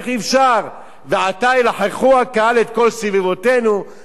ו"עתה ילחכו הקהל את כל סביבֹתינו כלחֹך השור",